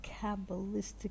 Kabbalistic